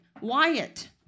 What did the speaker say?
Wyatt